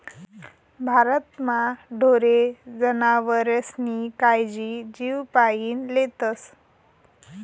भारतमा ढोरे जनावरेस्नी कायजी जीवपाईन लेतस